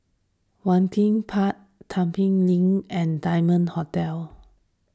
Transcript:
Waringin Park Link and Diamond Hotel